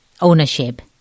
ownership